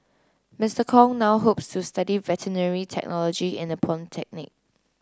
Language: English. Mister Kong now hopes to study veterinary technology in a polytechnic